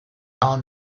all